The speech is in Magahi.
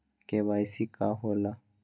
के.वाई.सी का होला?